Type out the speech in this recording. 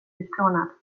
utplånad